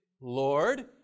Lord